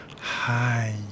Hi